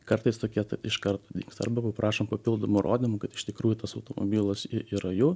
kartais tokie iškart dingsta arba paprašom papildomų įrodymų kad iš tikrųjų tas automobilas yra jų